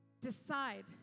decide